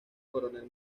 coronel